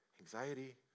anxiety